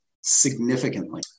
significantly